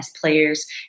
players